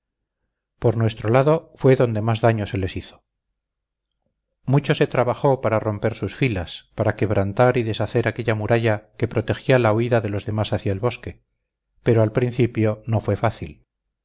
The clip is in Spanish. por nuestro lado fue donde más daño se les hizo mucho se trabajó para romper sus filas para quebrantar y deshacer aquella muralla que protegía la huida de los demás hacia el bosque pero al principio no fue fácil